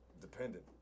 dependent